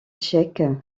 tchèque